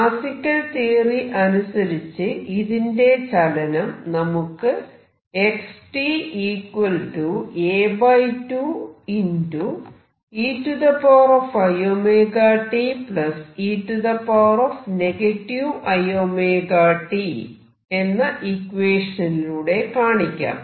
classical theory അനുസരിച്ച് ഇതിന്റെ ചലനം നമുക്ക് എന്ന ഇക്വേഷനിലൂടെ കാണിക്കാം